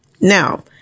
Now